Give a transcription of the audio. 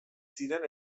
ziren